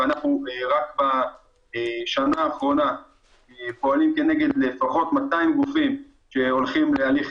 ואנחנו רק בשנה האחרונה פועלים כנגד לפחות 200 גופים שהולכים להליך